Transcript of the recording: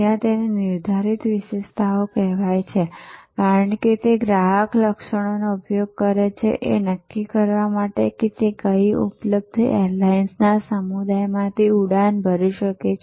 ત્યાં તેને નિર્ધારિત વિશેષતાઓ કહેવાય છે કારણ કે ગ્રાહક તે લક્ષણોનો ઉપયોગ કરે છે એ નક્કી કરવા માટે કે તે કઈ ઉપલબ્ધ એરલાઈન્સના સમુદાયમાંથી ઉડાન ભરી શકે છે